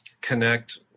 connect